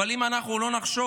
אבל אם אנחנו לא נחשוב